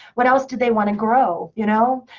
what else do they want to grow, you know?